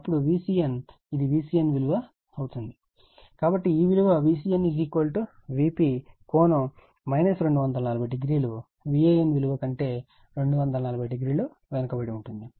అప్పుడు Vcn ఇది Vcn విలువ అవుతుంది కాబట్టిఈ విలువ Vcn Vp ∠ 2400 Van విలువ కంటే 240o వెనుకబడి ఉంటుంది